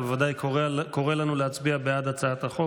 אתה בוודאי קורא לנו להצביע בעד הצעת החוק,